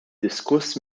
diskuss